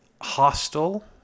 hostel